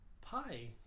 Pi